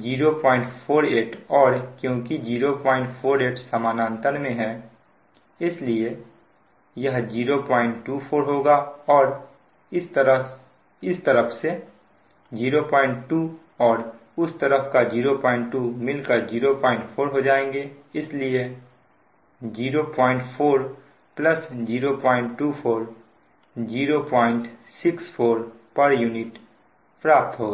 048 और क्योंकि 048 समानांतर में है इसलिए यह 024 होगा और इस तरफ से 02 और उस तरफ का 02 मिलकर 04 हो जाएंगे इसलिए 04 024 064 pu प्राप्त होगा